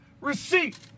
receipt